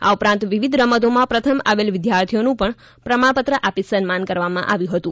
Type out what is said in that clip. આ ઉપરાંત વિવિધ રમતોમાં પ્રથમ આવેલ વિદ્યાર્થીઓનું પણ પ્રમાણપત્ર આપી સન્માન કરવામાં આવ્યું હતું